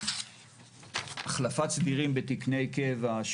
החלפת סדירים בתקני קבע.